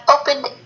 opened